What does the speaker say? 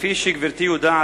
כפי שגברתי יודעת,